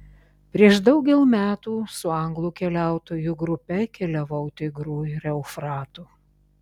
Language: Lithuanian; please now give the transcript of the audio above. prieš daugel metų su anglų keliautojų grupe keliavau tigru ir eufratu